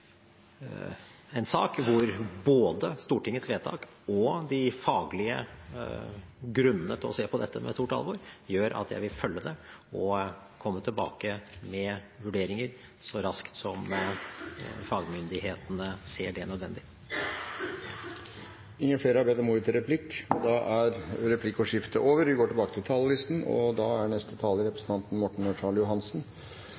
en sak hvor både Stortingets vedtak og de faglige grunnene til å se på dette med stort alvor, gjør at jeg vil følge det og komme tilbake med vurderinger så raskt som fagmyndighetene ser det som nødvendig. Replikkordskiftet er omme. De talere som heretter får ordet, har en taletid på inntil 3 minutter. Jeg stilte meg spørsmålet da